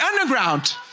underground